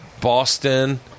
Boston